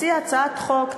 הציע הצעת חוק,